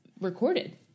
recorded